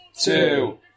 Two